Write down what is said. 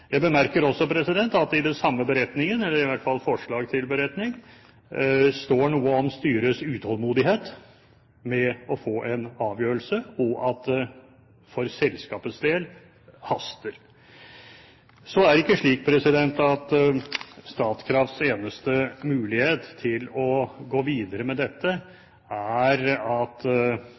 Jeg bemerker også at i den samme beretningen, eller i hvert fall i forslag til beretning, står det noe om styrets utålmodighet med å få en avgjørelse, og at det for selskapets del haster. Så er det ikke slik at Statkrafts eneste mulighet til å gå videre med dette er at